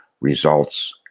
results